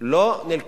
לא הובא